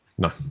No